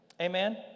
amen